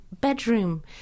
bedroom